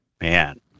man